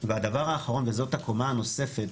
והדבר האחרון וזאת הקומה הנוספת,